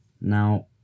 Now